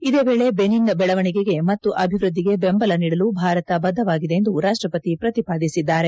ಇದೇ ವೇಳೆ ಬೆನಿನ್ ಬೆಳವಣಿಗೆಗೆ ಮತ್ತು ಅಭಿವ್ವದ್ದಿಗೆ ಬೆಂಬಲ ನೀಡಲು ಭಾರತ ಬದ್ದವಾಗಿದೆ ಎಂದು ರಾಷ್ಟ ಪತಿ ಪ್ರತಿಪಾದಿಸಿದ್ದಾರೆ